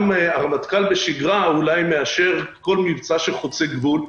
גם הרמטכ"ל בשגרה אולי מאשר כל מבצע שחוצה גבול,